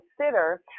consider